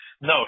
No